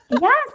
Yes